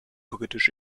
britisch